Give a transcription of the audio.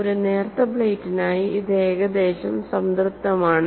ഒരു നേർത്ത പ്ലേറ്റിനായി ഇത് ഏകദേശം സംതൃപ്തമാണ്